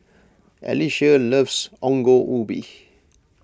Alysia loves Ongol Ubi